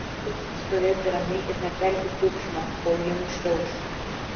turime stovėti ramiai ir nekelti triukšmo kol ji nušliauš